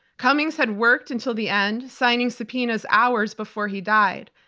cummings had worked until the end, signing subpoenas hours before he died.